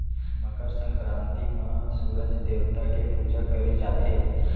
मकर संकरांति म सूरूज देवता के पूजा करे जाथे